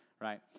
right